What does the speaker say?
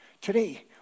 Today